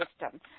system